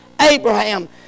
Abraham